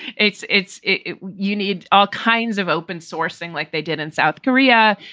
it's it's it you need all kinds of open sourcing like they did in south korea.